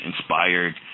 inspired